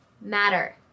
matter